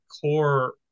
core